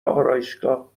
آرایشگاه